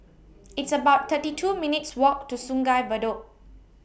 It's about thirty two minutes' Walk to Sungei Bedok